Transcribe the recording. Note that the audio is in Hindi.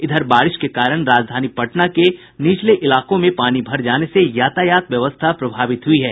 इधर बारिश के कारण राजधानी पटना के निचले इलाकों में पानी भर जाने से यातायात व्यवस्था प्रभावित हयी है